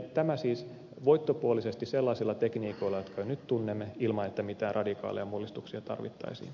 tämä siis voittopuolisesti sellaisilla tekniikoilla jotka nyt tunnemme ilman että mitään radikaaleja mullistuksia tarvittaisiin